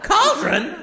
Cauldron